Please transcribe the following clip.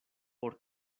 por